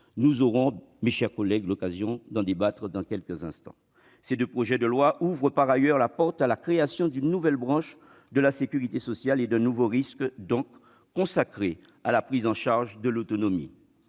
Nous aurons, mes chers collègues, l'occasion d'en débattre dans quelques instants. Ces deux projets de loi ouvrent en outre la porte à la création d'une nouvelle branche de la sécurité sociale- et d'un nouveau risque donc - consacrée à la prise en charge de l'autonomie.